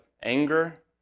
anger